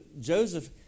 Joseph